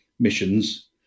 missions